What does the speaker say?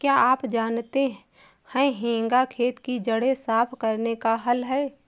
क्या आप जानते है हेंगा खेत की जड़ें साफ़ करने का हल है?